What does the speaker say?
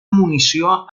munició